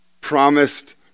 promised